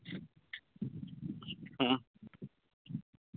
ᱦᱮᱸ